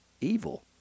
Evil